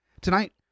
tonight